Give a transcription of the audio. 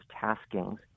taskings